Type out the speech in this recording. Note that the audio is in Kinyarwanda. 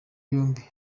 yombi